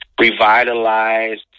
revitalized